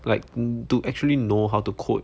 like to actually know how to code